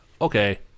Okay